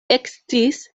eksciis